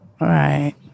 Right